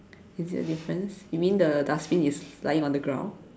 is it a difference you mean the dustbin is lying on the ground